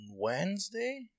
Wednesday